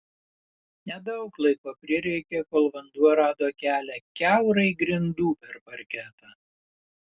nedaug laiko prireikė kol vanduo rado kelią kiaurai grindų per parketą